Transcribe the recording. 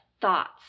thoughts